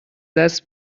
دست